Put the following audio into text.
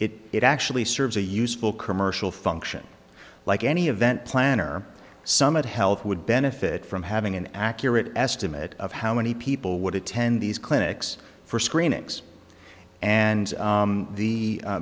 species it actually serves a useful commercial function like any event planner summit health would benefit from having an accurate estimate of how many people would attend these clinics for screenings and the